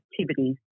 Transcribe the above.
activities